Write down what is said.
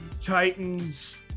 Titans